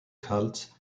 cults